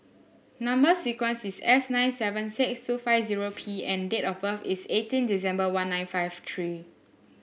number sequence is S nine seven six two five zero P and date of birth is eighteen December one nine five three